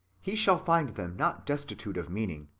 he shall find them not destitute of meaning,